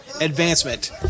advancement